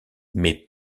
mes